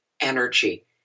energy